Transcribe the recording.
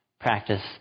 practice